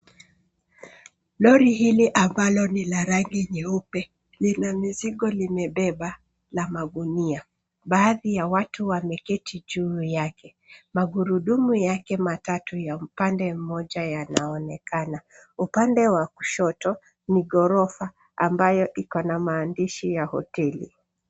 Lori hili ambalo ni la rangi nyeupe lina mizigo limebeba na magunia. Baadhi ya watu wameketi juu yake. Magurudumu yake matatu ya upande mmoja yanaonekana. Upande wa kushoto ni ghorofa ambayo ikona maandishi ya hoteli.